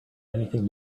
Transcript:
anything